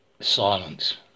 Silence